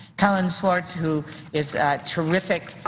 cullen schwarz who is a terrific,